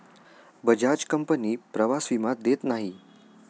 Bajaj company प्रवास विमा देत नाही